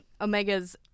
Omegas